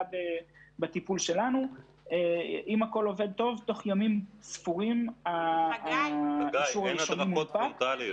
אם הכול עובד טוב אז תוך ימים ספורים האישור הראשוני מוענק.